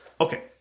okay